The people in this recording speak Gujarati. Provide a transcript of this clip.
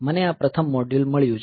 મને આ પ્રથમ મોડ્યુલ મળ્યું છે